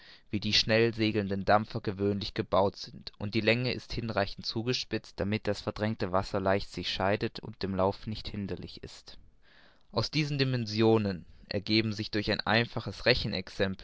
wie die schnellsegelnden dampfer gewöhnlich gebaut sind und die länge ist hinreichend zugespitzt damit das verdrängte wasser leicht sich scheidet und dem lauf nicht hinderlich ist aus diesen dimensionen ergeben sich durch ein einfaches